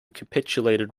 capitulated